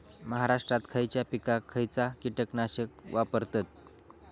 महाराष्ट्रात खयच्या पिकाक खयचा कीटकनाशक वापरतत?